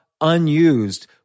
unused